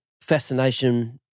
fascination